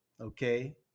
okay